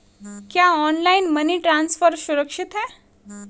क्या online money transfer सुरक्षित है?